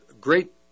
great